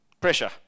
Pressure